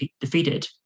defeated